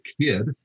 kid